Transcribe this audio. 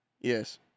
yes